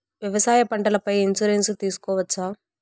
వ్యవసాయ పంటల పై ఇన్సూరెన్సు తీసుకోవచ్చా?